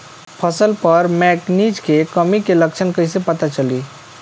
फसल पर मैगनीज के कमी के लक्षण कईसे पता चली?